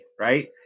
right